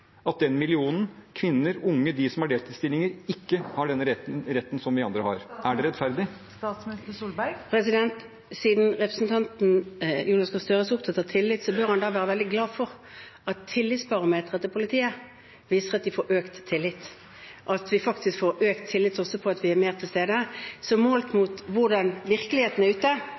at den millionen – kvinner, unge og de som har deltidsstillinger – ikke har den retten som vi andre har? Er det rettferdig? Siden representanten Jonas Gahr Støre er så opptatt av tillit, bør han være veldig glad for at tillitsbarometeret til politiet viser at de får økt tillit, at vi faktisk får økt tillit også for at vi er mer til stede. Så målt mot hvordan virkeligheten er ute